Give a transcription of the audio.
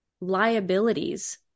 liabilities